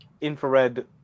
infrared